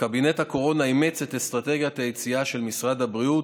קבינט הקורונה אימץ את אסטרטגיית היציאה של משרד הבריאות,